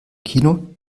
kino